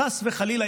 חס וחלילה,